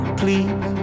please